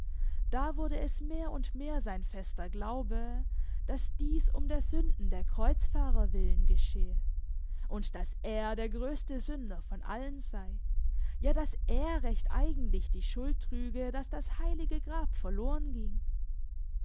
da wurde es mehr und mehr sein fester glaube daß dies um der sünden der kreuzfahrer willen geschehe und daß er der größte sünder von allen sei ja daß er recht eigentlich die schuld trüge daß das heilige grab verloren ging